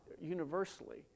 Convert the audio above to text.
universally